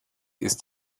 ist